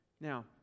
Now